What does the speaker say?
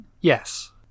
Yes